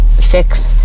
fix